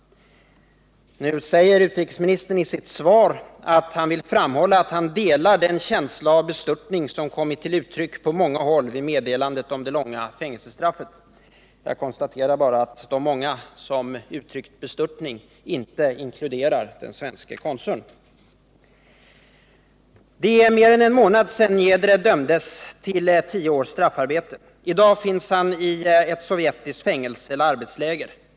Nu säger utrikesministern i sitt svar att han vill framhålla att han delar den känsla av bestörtning som kommit till uttryck på många håll vid meddelandet om det långa fängelsestraffet. Jag konstaterar bara att de många som uttryckt bestörtning inte inkluderar den svenske konsuln. Det är mer än en månad sedan Niedre dömdes till tio års straffarbete. I dag finns han i ett sovjetiskt fängelse eller arbetsläger.